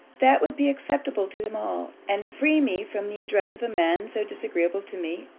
that would be acceptable to them all, and free me from the address of a man so disagreeable to me,